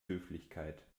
höflichkeit